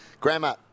Grandma